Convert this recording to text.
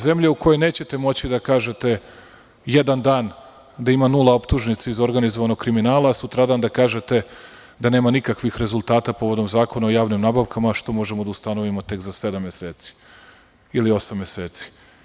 Zemlja u kojoj nećete moći da kažete jedan dan da ima nula optužnica iz organizovanog kriminala, a sutradan da kažete da nema nikakvih rezultata povodom Zakona o javnim nabavkama, što možemo da ustanovimo tek za sedam meseci ili osam meseci.